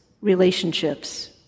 relationships